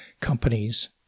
companies